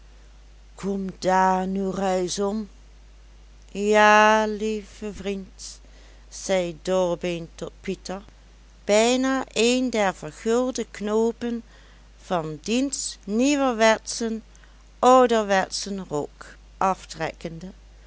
kom daar n reis om ja lieve vriend zei dorbeen tot pieter bijna een der vergulde knoopen van diens nieuwerwetschen ouderwetschen rok aftrekkende